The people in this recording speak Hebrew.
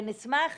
ונשמח,